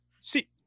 See